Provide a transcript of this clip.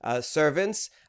servants